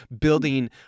building